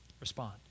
respond